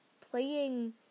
playing